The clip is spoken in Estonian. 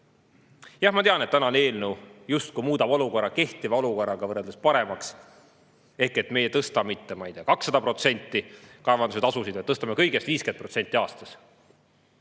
Jah, ma tean, et tänane eelnõu justkui muudab olukorra kehtiva olukorraga võrreldes paremaks. Ehk me mitte ei tõsta, ma ei tea, 200% kaevandamistasusid, vaid tõstame kõigest 50% aastas.